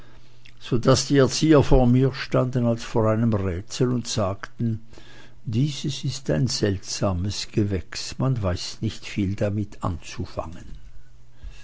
daß die erzieher vor mir standen als vor einem rätsel und sagten dieses ist ein seltsames gewächs man weiß nicht viel damit anzufangen